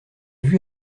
vue